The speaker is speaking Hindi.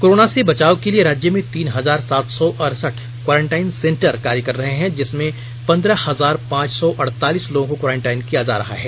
कोरोना से बचाव के लिए राज्य में तीन हजार सात सौ अड़सठ क्वॅरिंटाइन सेंटर कार्य कर रहे हैं जिसमें पन्द्रह हजार पांच सौ अड़तालीस लोगों को क्वॉरेंटाइन किया जा रहा है